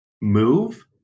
move